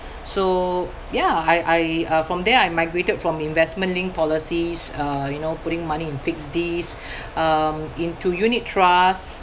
so ya I I uh from there I migrated from investment-linked policies uh you know putting money in fix Ds um into unit trust